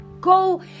Go